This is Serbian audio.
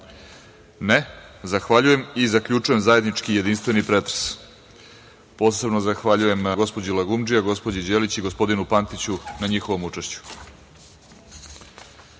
(Ne)Zahvaljujem i zaključujem zajednički jedinstveni pretres. Posebno zahvaljujem gospođi Lagumdžija, gospođi Đelić i gospodinu Pantiću na njihovom